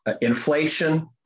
inflation